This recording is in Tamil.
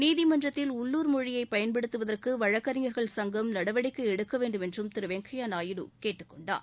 நீதிமன்றத்தில் உள்ளூர் மொழியை பயன்படுத்துவதற்கு வழக்கறிஞர்கள் சங்கம் நடவடிக்கை எடுக்க வேண்டும் என்றும் திரு வெங்கையா நாயுடு கேட்டுக் கொண்டார்